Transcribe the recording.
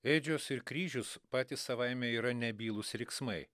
ėdžios ir kryžius patys savaime yra nebylūs riksmai